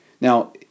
Now